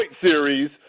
series